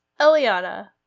Eliana